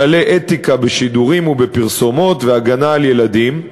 כללי אתיקה בשידורים ובפרסומות והגנה על ילדים,